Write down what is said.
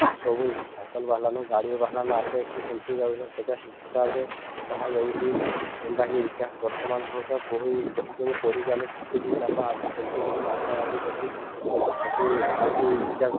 ସବୁ ସାଇକଲ୍ ବାହାର୍ଲାନ ଗାଡ଼ି ବାହାର୍ଲାନ ଆଗ୍କେ କେ କେନ୍ତିକରି ଯାଉଥିଲା ସେଟା ହିସାବରେ ପଢ଼ାଯାଉଛେ ଯେନ୍ଟାକି ଇତିହାସ୍ ବର୍ତ୍ତମାନ୍ ହ ତ ବହି ବହି କେନ୍ତି ପିଢ଼ିକରି ଆମେ କିଛି କିଛି ଜାନୁ ଆଗ କେନ୍ତିକରି ମହାତ୍ମା ଗାନ୍ଧୀ କେନ୍ତି ଆମ୍କୁ